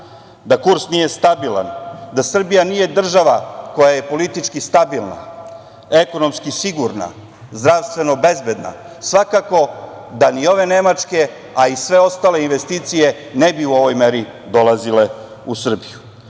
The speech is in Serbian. da kurs nije stabilan, da Srbija nije država koja je politički stabilna, ekonomski sigurna, zdravstveno bezbedna, svakako da ni ove nemačke, a i sve ostale investicije ne bi u ovoj meri dolazile u Srbiju.